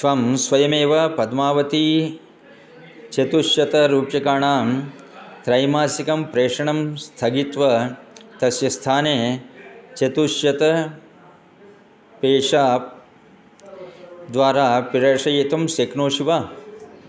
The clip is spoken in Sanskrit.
त्वं स्वयमेव पद्मावती चतुश्शतरूप्यकाणां त्रैमासिकं प्रेषणं स्थगित्वा तस्य स्थाने चतुश्शतं पेशाप् द्वारा प्रेषयितुं शक्नोषि वा